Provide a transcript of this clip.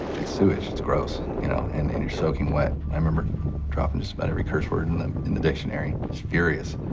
it's sewage, it's gross, you know. um and you're soaking wet. i remember dropping just about every curse word and in the dictionary, just furious.